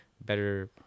better